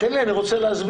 תן לי, אני רוצה להסביר.